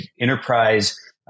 enterprise